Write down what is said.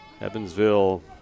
Evansville